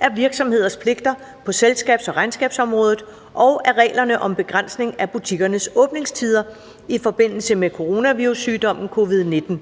af virksomheders pligter på selskabs- og regnskabsområdet og af reglerne om begrænsning af butikkernes åbningstider i forbindelse med Coronavirussygdommen covid-19.